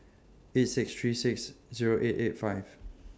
eight six three six Zero eight eight five